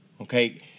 Okay